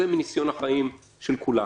זה מניסיון החיים של כולנו.